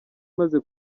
maze